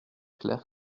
clair